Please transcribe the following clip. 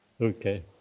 Okay